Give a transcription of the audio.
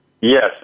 Yes